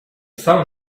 sun